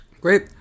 great